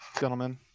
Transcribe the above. Gentlemen